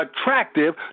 attractive